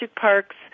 parks